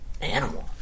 animal